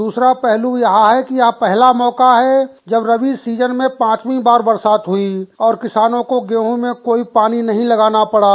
दूसरा पहलू यह है कि यह पहला मौका है जब रबी सीजन में पांचवीं बार बरसात हुई और किसानों को गेहूं में कोई पानी नहीं लगाना पड़ा